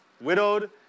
widowed